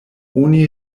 oni